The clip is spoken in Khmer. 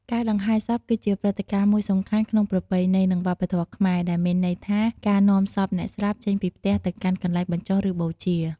ការដង្ហែសព គឺជាព្រឹត្តិការណ៍មួយសំខាន់ក្នុងប្រពៃណី និងវប្បធម៌ខ្មែរ ដែលមានន័យថា ការនាំសពអ្នកស្លាប់ចេញពីផ្ទះទៅកាន់កន្លែងបញ្ចុះ ឬបូជា។